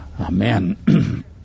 amen